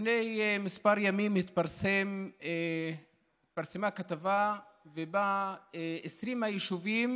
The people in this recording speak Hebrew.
לפני כמה ימים התפרסמה כתבה ובה 20 היישובים